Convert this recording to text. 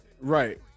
Right